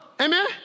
Amen